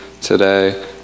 today